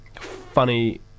funny